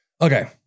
Okay